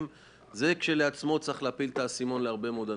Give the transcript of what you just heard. זה לכשעצמו צריך להפיל את האסימון להרבה מאוד אנשים.